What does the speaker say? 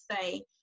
say